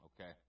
Okay